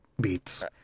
beats